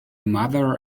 mother